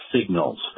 signals